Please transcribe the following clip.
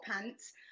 pants